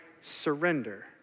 surrender